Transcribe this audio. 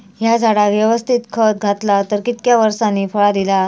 हया झाडाक यवस्तित खत घातला तर कितक्या वरसांनी फळा दीताला?